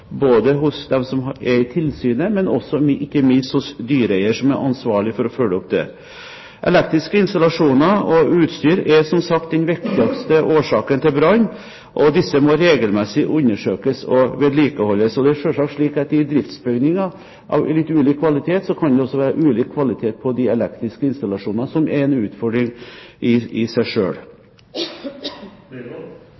både i tilsynet og ikke minst hos dyreeier som er ansvarlig for å følge opp der. Elektriske installasjoner og utstyr er som sagt den viktigste årsaken til brann, og disse må regelmessig undersøkes og vedlikeholdes. I driftsbygninger av litt ulik kvalitet kan det også være ulik kvalitet på de elektriske installasjonene, noe som er en utfordring i seg selv. Jeg takker statsråden nok en gang, og jeg skjønner fortsatt at vi går i